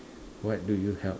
what do you help